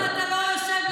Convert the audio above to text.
אז למה אתה לא יושב לאחדות,